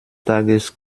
tages